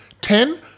Ten